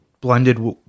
blended